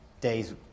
days